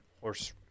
horse